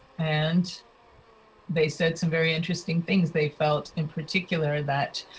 and they said some very interesting things. they felt in particular that